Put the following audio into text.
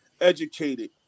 educated